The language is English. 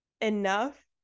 enough